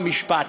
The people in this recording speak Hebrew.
חוק ומשפט,